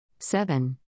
Seven